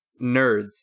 nerds